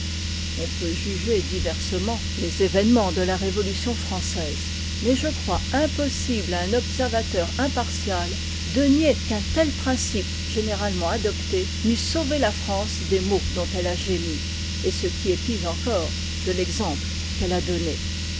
on peut juger diversement les événements de la révolution française mais je crois impossible à un observateur impartial de nier qu'un tel principe généralement adopte n'eût sauvé la france des maux dont elle a gémi et ce qui est pis encore de l'exemple qu'elle a donné